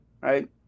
right